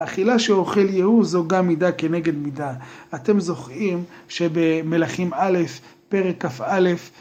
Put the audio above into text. אכילה שאוכל יהוא זו גם מידה כנגד מידה. אתם זוכרים שבמלאכים א' פרק כ"א,